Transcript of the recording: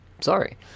sorry